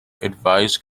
advice